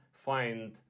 find